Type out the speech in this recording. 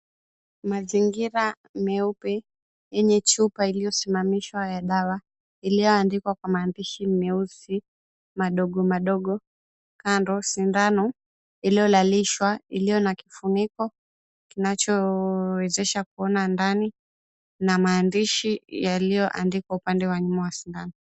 Mazingira meupe yenye chupa iliyosimamishwa ya dawa iliyoandikwa kwa maandishi meusi madogomadogo, kando sindano iliyolalishwa iliyo na kifuniko kinachowezesha kuona ndani na maandishi yaliyoandikwa upande wa nyuma wa sindano.